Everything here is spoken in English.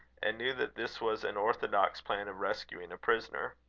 and knew that this was an orthodox plan of rescuing a prisoner.